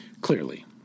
Clearly